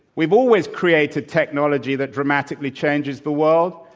we've always created technology that dramatically changes the world,